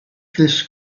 this